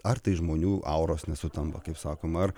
ar tai žmonių auros nesutampa kaip sakoma ar